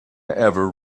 ever